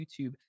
YouTube